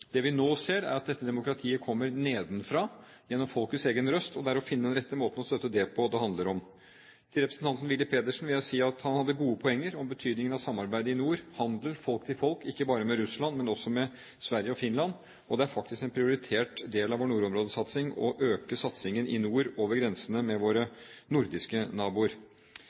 Det vi nå ser, er at dette demokratiet kommer nedenfra, gjennom folkets egen røst, og det handler om å finne den rette måten å støtte det på. Til representanten Willy Pedersen vil jeg si at han hadde gode poenger om betydningen av samarbeidet i nord – handel, folk-til-folk – ikke bare med Russland, men også med Sverige og Finland. Det er faktisk en prioritert del av vår nordområdesatsing å øke satsingen i nord over grensene, med våre nordiske naboer.